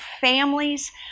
families